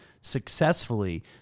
successfully